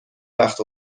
وقت